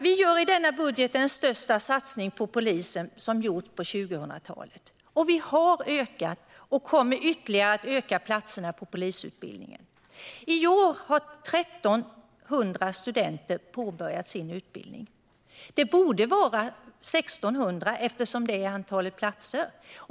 Vi gör i denna budget den största satsning på polisen som gjorts på 2000-talet. Vi har ökat, och kommer ytterligare att öka, antalet platser på polisutbildningen. I år har 1 300 studenter påbörjat sin utbildning. Det borde ha varit 1 600, eftersom det är antalet platser.